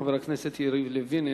חבר הכנסת יריב לוין,